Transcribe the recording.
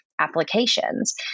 applications